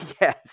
Yes